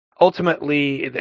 ultimately